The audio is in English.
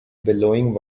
billowing